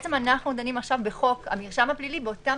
אנחנו דנים עכשיו בחוק המרשם הפלילי באותם